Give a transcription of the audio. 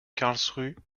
karlsruhe